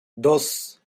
dos